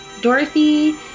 Dorothy